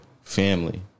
family